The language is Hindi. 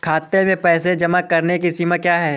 खाते में पैसे जमा करने की सीमा क्या है?